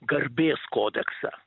garbės kodeksą